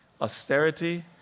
austerity